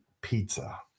Pizza